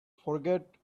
forget